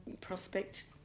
prospect